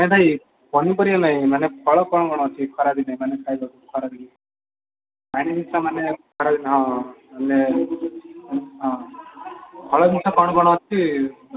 ନା ଭାଇ ପନିପରିବା ନାଇ ମାନେ ଫଳ କ'ଣ କ'ଣ ଅଛି ଖରାଦିନେ ମାନେ ଖାଇବାକୁ ଖରାଦିନେ ପାଣି ଜିନିଷ ମାନେ ଖରାଦିନେ ହଁ ହଁ ଫଳ ଜିନିଷ କ'ଣ କ'ଣ ଅଛି